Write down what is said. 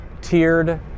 tiered